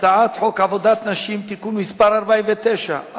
הצעת חוק עבודת נשים (תיקון מס' 49),